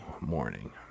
morning